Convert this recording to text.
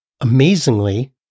Amazingly